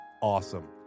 Awesome